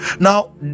Now